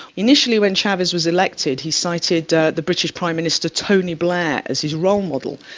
initially when chavez was elected, he cited the the british prime minister tony blair as his role model.